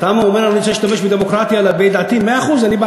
אתה אומר: אני רוצה להשתמש בדמוקרטיה להביע את דעתי.